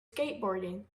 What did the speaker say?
skateboarding